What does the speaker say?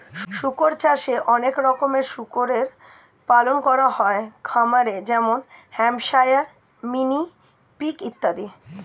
শুকর চাষে অনেক রকমের শুকরের পালন করা হয় খামারে যেমন হ্যাম্পশায়ার, মিনি পিগ ইত্যাদি